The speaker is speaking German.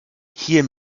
hier